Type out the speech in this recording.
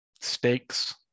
stakes